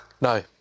No